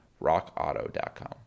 rockauto.com